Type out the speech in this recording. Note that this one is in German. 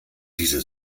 diese